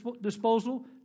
disposal